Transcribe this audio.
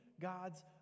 God's